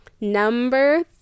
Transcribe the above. Number